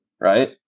right